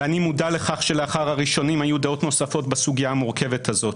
אני מודע לכך שלאחר הראשונים היו דעות נוספות בסוגייה המורכבת הזאת.